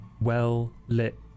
well-lit